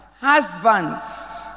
Husbands